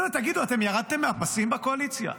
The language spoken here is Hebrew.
אני אומר: תגידו, אתם ירדתם מהפסים בקואליציה?